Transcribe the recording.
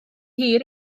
hir